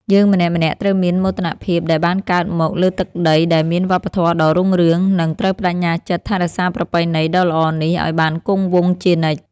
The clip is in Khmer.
យើងម្នាក់ៗត្រូវមានមោទនភាពដែលបានកើតមកលើទឹកដីដែលមានវប្បធម៌ដ៏រុងរឿង និង ត្រូវប្តេជ្ញាចិត្តថែរក្សាប្រពៃណីដ៏ល្អនេះឱ្យបានគង់វង្សជានិច្ច។